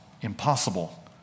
impossible